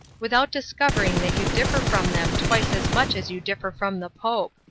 without discovering that you differ from them twice as much as you differ from the pope.